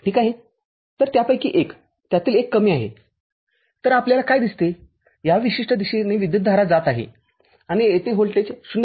तर त्यापैकी एक त्यातील एक कमी आहे तर आपल्याला काय दिसते या विशिष्ट दिशेने विद्युतधारा जात आहे आणि येथे व्होल्टेज 0